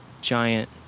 giant